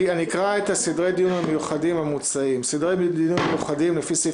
אני אקרא את סדרי דיון המיוחדים המוצעים: סדרי דיון מיוחדים לפי סעיפים